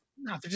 No